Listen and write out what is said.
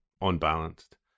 unbalanced